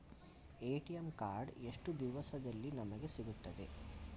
ATM card ಎಷ್ಟು ದಿವಸದಲ್ಲಿ ನಮಗೆ ಸಿಗುತ್ತದೆ?